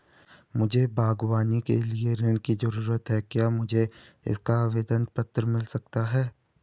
मुझे बागवानी के लिए ऋण की ज़रूरत है क्या मुझे इसका आवेदन पत्र मिल सकता है?